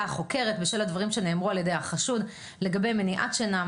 החוקרת בשל הדברים שנאמרו על ידי החשוד לגבי מניעת שינה,